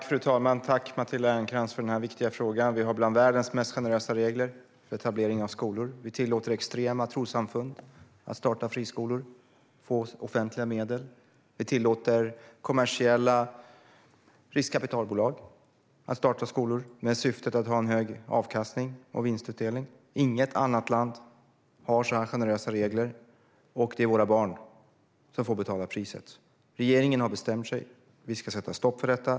Fru talman! Tack, Matilda Ernkrans, för den här viktiga frågan! Vi har bland världens mest generösa regler för etablering av skolor. Vi tillåter extrema trossamfund att starta friskolor och få offentliga medel. Vi tillåter kommersiella riskkapitalbolag att starta skolor med syfte att ha en hög avkastning och vinstutdelning. Inget annat land har så generösa regler, och det är våra barn som får betala priset. Regeringen har bestämt sig. Vi ska sätta stopp för detta.